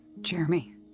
Jeremy